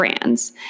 brands